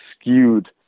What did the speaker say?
skewed